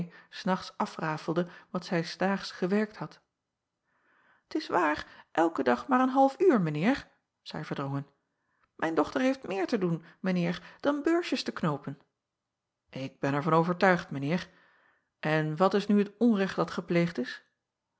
s nachts afrafelde wat zij s daags gewerkt had t s waar elken dag maar een half uur mijn eer zeî erdrongen mijn dochter heeft meer te doen mijn eer dan beursjes te knoopen k ben er van overtuigd mijn eer n wat is nu het onrecht dat gepleegd is